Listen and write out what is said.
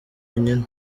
yonyine